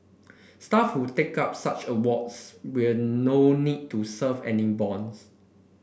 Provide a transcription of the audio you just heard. staff who take up such awards will no need to serve any bonds